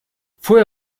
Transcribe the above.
fue